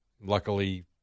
Luckily